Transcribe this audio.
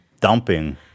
dumping